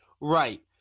Right